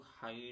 hide